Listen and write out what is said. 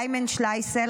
ליימן שליסל,